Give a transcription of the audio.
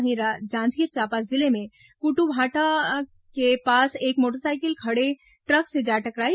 वहीं जांजगीर चांपा जिले में कुटीभाटा के पास एक मोटरसाइकिल खड़े ट्रक से जा टकराई